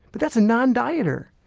but that's a non-dieter.